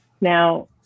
Now